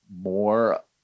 more